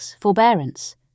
Forbearance